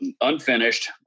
unfinished